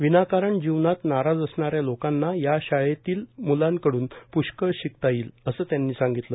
विनाकारण जीवनात नाराज असणाऱ्या लोकांना या शाळेतील मुलांकडून पुष्कळ शिकता येईल असं त्यांनी सांगितलं